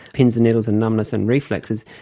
pins and needles and numbness and reflexes,